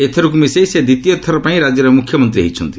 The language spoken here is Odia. ଏଥରକୁ ମିଶାଇ ସେ ଦ୍ୱିତୀୟ ଥରପାଇଁ ରାଜ୍ୟର ମୁଖ୍ୟମନ୍ତ୍ରୀ ହୋଇଛନ୍ତି